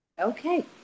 Okay